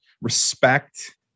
Respect